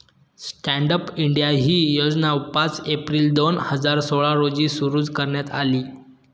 stand up India ही योजना पाच एप्रिल दोन हजार सोळा रोजी सुरु करण्यात आली